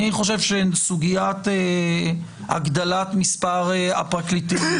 אני חושב שבסוגיית הגדלת מספר הפרקליטים,